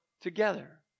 together